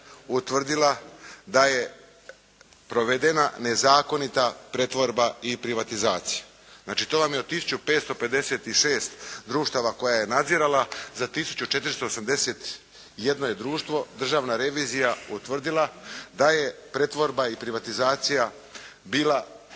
utvrdila da je provedena nezakonita pretvorba i privatizacija. To vam je od 1556 društava koja je nadzirala, za 1481 društvo državna revizija je utvrdila da je pretvorba i privatizacija bila